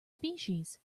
species